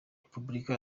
repubulika